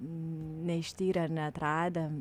neištyrę ar neatradę